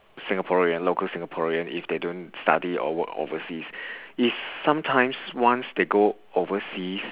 singaporean local singaporean if they don't study or work overseas is sometimes once they go overseas